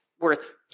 worth